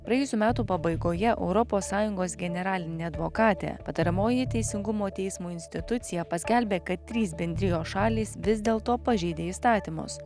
praėjusių metų pabaigoje europos sąjungos generalinė advokatė patariamoji teisingumo teismo institucija paskelbė kad trys bendrijos šalys vis dėl to pažeidė įstatymus